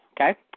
okay